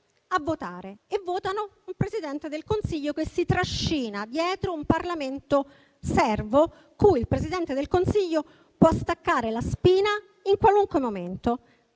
a votare e votano un Presidente del Consiglio che si trascina dietro un Parlamento servo, cui può staccare la spina in qualunque momento,